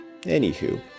anywho